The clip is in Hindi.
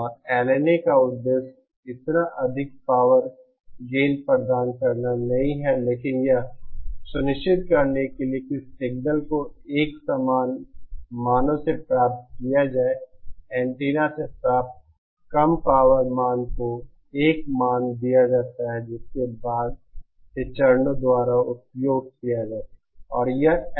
और LNA का उद्देश्य इतना अधिक पावर गेन प्रदान करना नहीं है लेकिन यह सुनिश्चित करने के लिए कि सिग्नल को एक समान मानो से प्राप्त किया जाता है एंटीना से प्राप्त कम पावर मान को एक मान दिया जाता है जिसे बाद के चरणों द्वारा उपयोग किया जा सकता है